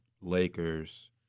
Lakers